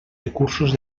recursos